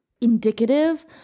indicative